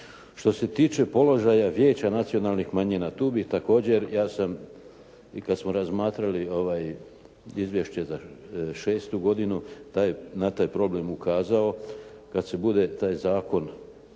Što se tiče položaja Vijeća nacionalnih manjina tu bih također, ja sam i kad smo razmatrali izvješće za 6. godinu na taj problem ukazao kad se bude taj zakon